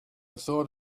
thought